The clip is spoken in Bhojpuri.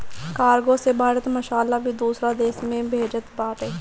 कार्गो से भारत मसाला भी दूसरा देस में भेजत बाटे